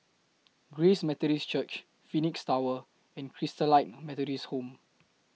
Grace Methodist Church Phoenix Tower and Christalite Methodist Home